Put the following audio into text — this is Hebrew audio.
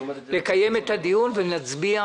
אנחנו נצביע,